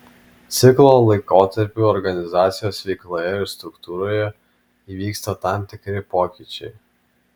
ciklo laikotarpiu organizacijos veikloje ir struktūroje įvyksta tam tikri pokyčiai